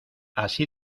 así